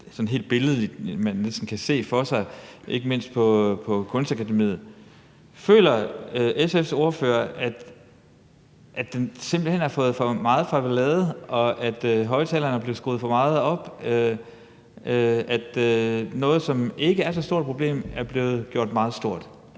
man næsten helt billedligt kan se for sig, ikke mindst på Kunstakademiet. Føler SF's ordfører, at det simpelt hen har fået for meget farvelade, og at højtalerne er blevet skruet for meget op, og at noget, som ikke er så stort et problem, er blevet gjort meget stort?